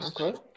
okay